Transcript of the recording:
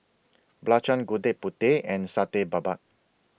Belacan Gudeg Putih and Satay Babat